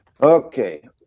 Okay